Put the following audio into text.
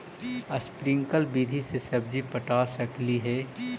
Sprinkle विधि से सब्जी पटा सकली हे?